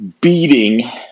beating